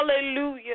hallelujah